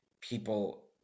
people